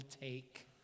take